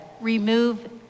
remove